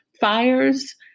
fires